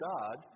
God